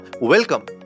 welcome